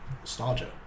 nostalgia